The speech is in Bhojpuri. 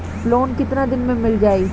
लोन कितना दिन में मिल जाई?